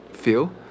feel